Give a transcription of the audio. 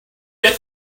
get